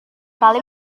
kali